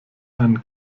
einen